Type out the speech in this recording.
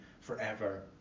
forever